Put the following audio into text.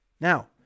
Now